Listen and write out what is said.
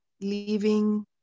leaving